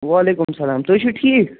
وعلیکُم السلام تُہۍ چھُو ٹھیٖک